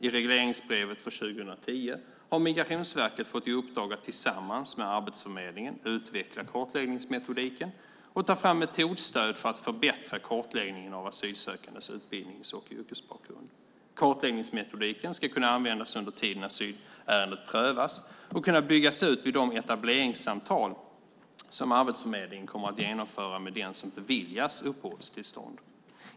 I regleringsbrevet för 2010 har Migrationsverket fått i uppdrag att tillsammans med Arbetsförmedlingen utveckla kartläggningsmetodiken och ta fram metodstöd för att förbättra kartläggningen av asylsökandes utbildnings och yrkesbakgrund. Kartläggningsmetodiken ska kunna användas under tiden asylärendet prövas och kunna byggas ut vid de etableringssamtal som Arbetsförmedlingen kommer att genomföra med den som beviljas uppehållstillstånd.